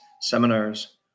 seminars